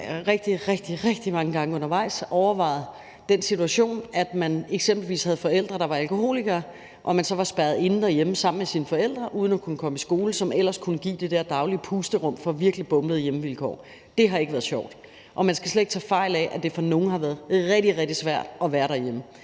rigtig, rigtig mange gange undervejs har overvejet den situation, at man eksempelvis havde forældre, der var alkoholikere, og man så var spærret inde derhjemme sammen med sine forældre uden at kunne komme i skole, hvilket ellers kunne give det der daglige pusterum fra virkelig bombede hjemmevilkår. Det har ikke været sjovt. Og man skal slet ikke tage fejl af, at det for nogle har været rigtig, rigtig svært at være derhjemme.